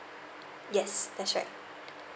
yes that's right